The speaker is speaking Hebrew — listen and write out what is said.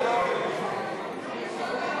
העברת סמכויות משר הפנים לשר האוצר נתקבלה.